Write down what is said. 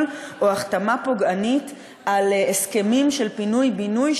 או החתמה פוגענית על הסכמים של פינוי-בינוי,